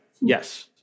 Yes